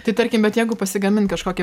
tai tarkim bet jeigu pasigamint kažkokį